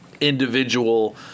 individual